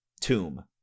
tomb